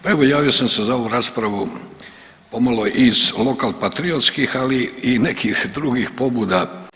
Pa evo javio sam se za ovu raspravu pomalo iz lokalpatriotskih, ali i nekih drugih pobuda.